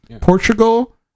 Portugal